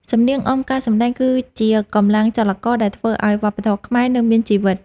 សំនៀងអមការសម្ដែងគឺជាកម្លាំងចលករដែលធ្វើឱ្យវប្បធម៌ខ្មែរនៅមានជីវិត។